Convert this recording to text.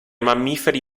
mammiferi